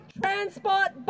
transport